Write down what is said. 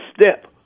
step